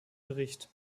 bericht